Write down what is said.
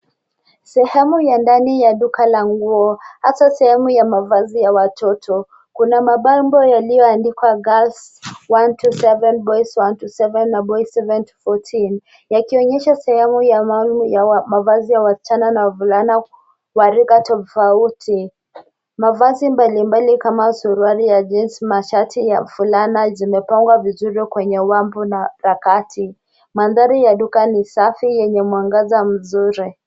Sehemu ya ndani ya duka la nguo hasa sehemu ya mavazi ya watoto. Kuna mabango yaliyoandikwa girls1-7 boys 1-7 na boys 7-14 yakionyesha sehemu ya maalum ya mavazi ya wasichana na wavulana wa rika tofauti. Mavazi mbalimbali kama suruali ya jeans , mashati ya fulana zimepangwa vizuri kwenye wavu za kati. mandhari ya duka ni safi yenye mwangaza mzuri.